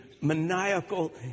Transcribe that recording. maniacal